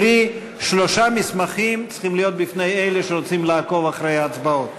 קרי שלושה מסמכים צריכים להיות בפני אלה שרוצים לעקוב אחרי ההצבעות.